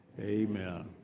Amen